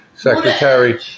Secretary